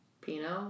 Pinot